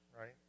right